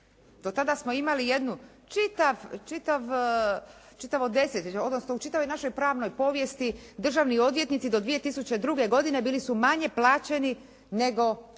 Do tada smo imali jednu, čitav, čitavo desetljeće odnosno u čitavoj našoj pravnoj povijesti državni odvjetnici do 2002. godine bili su manje plaćeni nego